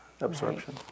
absorption